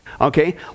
okay